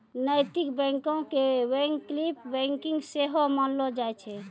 नैतिक बैंको के वैकल्पिक बैंकिंग सेहो मानलो जाय छै